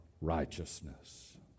righteousness